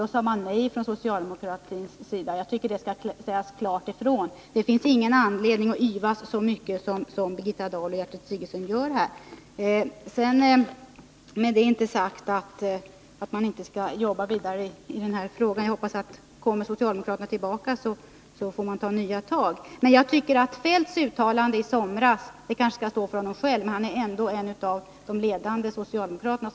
Då sade socialdemokraterna nej. Detta skall klart sägas ifrån. Det finns ingen anledning att yvas så mycket som Birgitta Dahl och Gertrud Sigurdsen här gör. Med detta vill jag inte ha sagt att socialdemokraterna inte skall jobba vidare med denna fråga. Om socialdemokraterna kommer tillbaka till regeringsmakten, får de ta nya tag. Kjell-Olof Feldts uttalande i somras skall kanske stå för honom själv, men han är ändå, som jag har uppfattat det, en av de ledande socialdemokraterna.